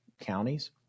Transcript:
counties